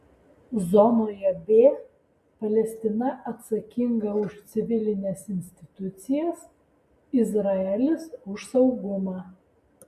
zonoje b palestina atsakinga už civilines institucijas izraelis už saugumą